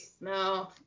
No